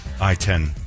I-10